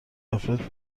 افراد